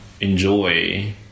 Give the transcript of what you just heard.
enjoy